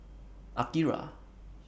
Akira